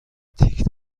تیک